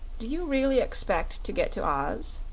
do you really expect to get to oz?